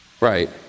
Right